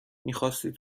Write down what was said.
میخاستی